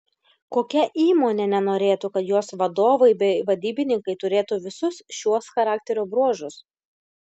kokia įmonė nenorėtų kad jos vadovai bei vadybininkai turėtų visus šiuos charakterio bruožus